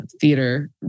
theater